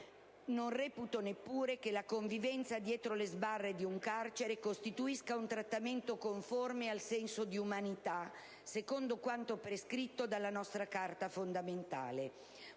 Non reputo neppure che la convivenza dietro le sbarre di un carcere costituisca un trattamento conforme al senso di umanità, secondo quanto prescritto dalla nostra Carta fondamentale.